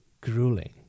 grueling